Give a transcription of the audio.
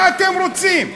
מה אתם רוצים?